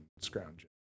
scrounge